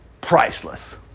priceless